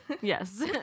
Yes